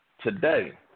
today